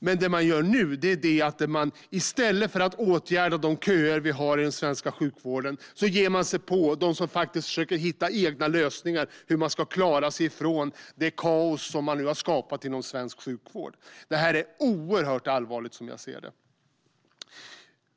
Men det man nu gör är att i stället för att åtgärda de köer vi har i den svenska sjukvården ge sig på dem som faktiskt försöker hitta egna lösningar för att klara sig från det kaos som skapats inom svensk sjukvård. Detta är oerhört allvarligt, som jag ser det.